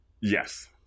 Yes